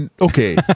Okay